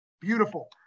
Beautiful